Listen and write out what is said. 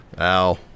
Ow